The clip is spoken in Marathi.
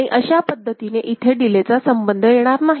आणि अशा पद्धतीने इथे डिलेचा संबंध येणार नाही